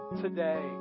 today